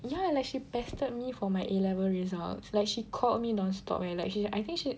ya like she pestered me for my A-level results like she called me nonstop leh like she I think she